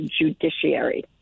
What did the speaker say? judiciary